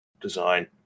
design